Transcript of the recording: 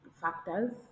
factors